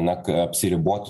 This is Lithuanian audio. na apsiribot